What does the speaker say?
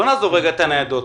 בוא נעזוב לרגע את הניידות,